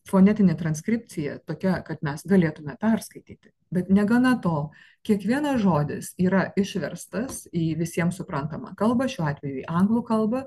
fonetinė transkripcija tokia kad mes galėtume perskaityti bet negana to kiekvienas žodis yra išverstas į visiems suprantamą kalbą šiuo atveju anglų kalbą